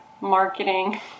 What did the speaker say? marketing